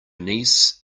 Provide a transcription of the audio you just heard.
niece